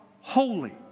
holy